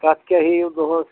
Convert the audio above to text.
تَتھ کیٛاہ ہیٚیِو دۄہَس